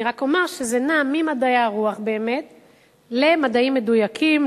אני רק אומר שזה נע ממדעי הרוח למדעים מדויקים,